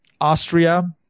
Austria